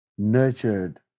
Nurtured